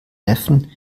neffen